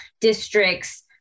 districts